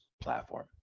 platform